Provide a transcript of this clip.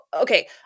okay